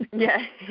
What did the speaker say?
yes,